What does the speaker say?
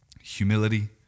humility